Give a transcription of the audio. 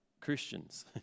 christians